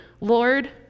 Lord